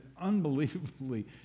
unbelievably